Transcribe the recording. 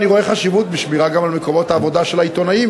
אני רואה חשיבות בשמירה גם על מקומות העבודה של העיתונאים,